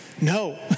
No